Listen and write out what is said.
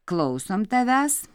klausom tavęs